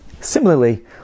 similarly